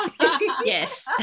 Yes